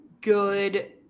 good